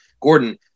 Gordon